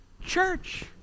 church